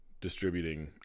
distributing